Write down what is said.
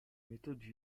méthodes